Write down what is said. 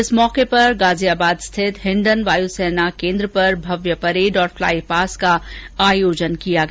इस मौके पर गाजियाबाद स्थित हिंडन वायु सेना केन्द्र पर भव्य परेड और फ्लाईपास का आयोजन किया गया